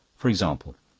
for example,